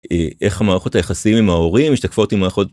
איך המערכות היחסים עם ההורים השתקפות עם מערכות.